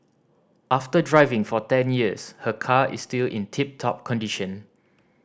after driving for ten years her car is still in tip top condition